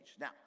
Now